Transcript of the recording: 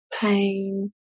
pain